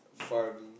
fun